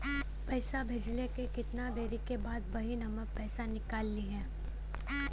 पैसा भेजले के कितना देरी के बाद बहिन हमार पैसा निकाल लिहे?